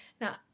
Now